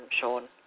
Sean